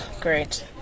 Great